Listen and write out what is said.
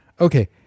Okay